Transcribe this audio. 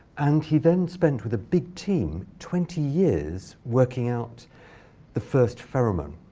and he then spent, with a big team, twenty years working out the first pheromone.